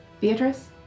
Beatrice